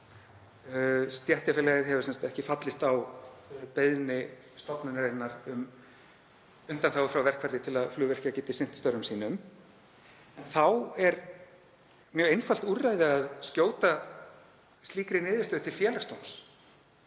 Stéttarfélagið hefur sem sagt ekki fallist á beiðni stofnunarinnar um undanþágur frá verkfalli til að flugvirkjar geti sinnt störfum sínum. Þá er mjög einfalt úrræði að skjóta slíkri niðurstöðu til Félagsdóms.